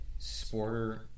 Sporter